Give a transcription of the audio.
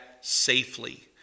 safely